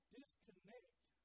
disconnect